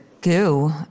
goo